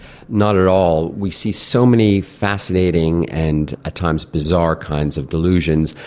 not at all. we see so many fascinating and at times bizarre kinds of delusions,